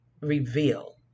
reveal